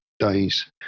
days